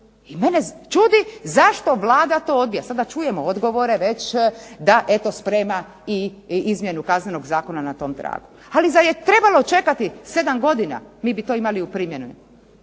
I mene čudi zašto Vlada to odbija. Sada čujemo odgovore već da eto sprema i izmjenu Kaznenog zakona na tom tragu. Ali zar je trebalo čekati sedam godina? Mi bi to imali u primjeni